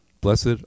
Blessed